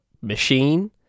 machine